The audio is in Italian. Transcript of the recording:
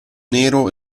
nero